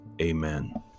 Amen